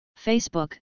Facebook